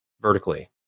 vertically